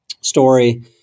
story